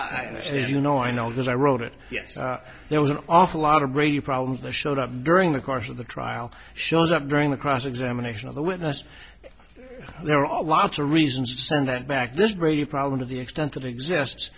she's you know i know that i wrote it yes there was an awful lot of brady problems the showed up during the course of the trial shows up during the cross examination of the witness there are lots of reasons to send that back this greater problem to the extent that exists